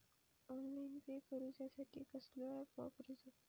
Online pay करूचा साठी कसलो ऍप वापरूचो?